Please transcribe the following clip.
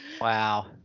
Wow